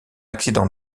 accident